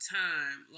time